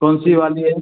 कौन सी वाली है